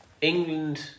England